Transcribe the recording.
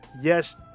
yes